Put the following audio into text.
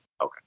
Okay